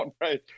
right